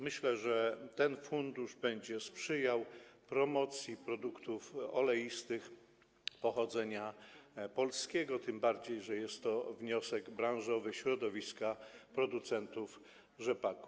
Myślę, że ten fundusz będzie sprzyjał promocji produktów oleistych pochodzenia polskiego, tym bardziej że jest to wniosek branży, środowiska producentów rzepaku.